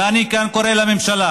ואני כאן קורא לממשלה: